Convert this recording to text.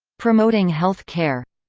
promoting health care